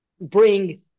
bring